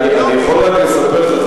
אני יכול רק לספר לך,